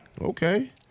Okay